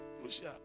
Crucial